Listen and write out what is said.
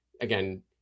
Again